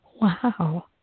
Wow